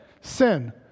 sin